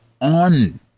on